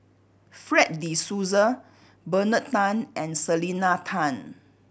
Fred De Souza Bernard Tan and Selena Tan